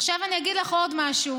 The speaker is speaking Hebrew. עכשיו אני אגיד לך עוד משהו.